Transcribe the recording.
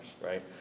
right